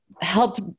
helped